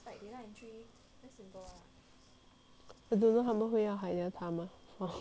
but don't know 他们会要 hire that mah